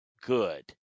good